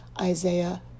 Isaiah